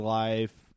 life